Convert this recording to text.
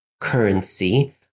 currency